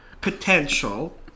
potential